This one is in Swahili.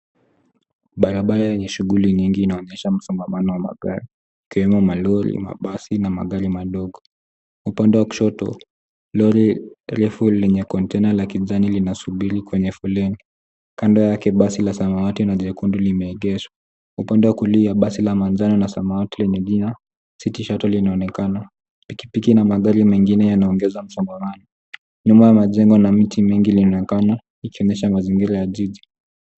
Barabara yenye shughuli nyingi inaonyesha msongamano wa magari, ikiwemo malori, mabasi, na magari madogo. Upande wa kushoto, lori refu lenye kontena la kijani linasubiri kwenye foleni. Kando yake basi la samawati na jekundu limeegeshwa. Upande wa kulia basi la manjano na samawati lenye jina, City Shuttle , linaonekana. Pikipiki na magari mengine yanaongeza msongo wake. Nyuma ya majengo na mti mengi linaonekana, likionyeshana mazingira ya jiji.